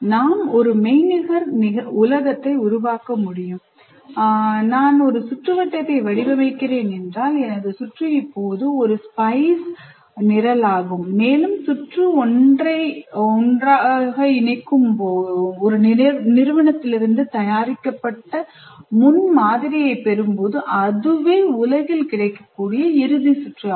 நான் ஒரு மெய்நிகர் உலகத்தை உருவாக்க முடியும் நான் ஒரு சுற்றுவட்டத்தை வடிவமைக்கிறேன் என்றால் எனது சுற்று இப்போது ஒரு SPICEஒருங்கிணைந்த சுற்று முக்கியத்துவத்துடன் உருவகப்படுத்துதல் திட்டம் நிரலாகும் மேலும் சுற்று ஒன்றை ஒன்றாக இணைக்கும் ஒரு நிறுவனத்திலிருந்து தயாரிக்கப்பட்ட முன்மாதிரியைப் பெறும்போது அதுவே உலகில் கிடைக்கக்கூடிய இறுதி சுற்று ஆகும்